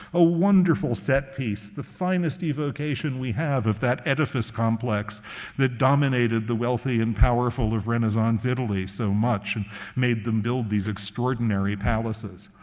a wonderful set piece, the finest evocation we have of that edifice complex that dominated the wealthy and powerful of renaissance italy so much and made them build these extraordinary palaces.